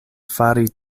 fari